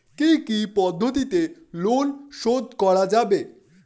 কি কি পদ্ধতিতে লোন শোধ করা যাবে?